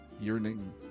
yearning